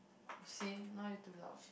see now you too loud